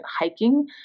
hiking